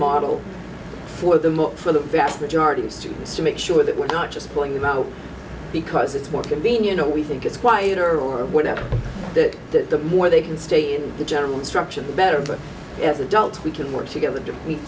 model for them or for the vast majority of students to make sure that we're not just pulling them out because it's more convenient or we think it's quieter or whatever that the more they can stay in the general instruction the better but as adults we can work together to meet